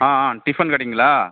ஆ ஆ டிஃபன் கடைங்களா